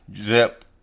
zip